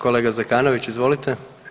Kolega Zekanović, izvolite.